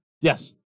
Yes